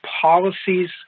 policies